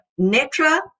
Netra